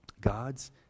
God's